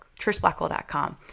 trishblackwell.com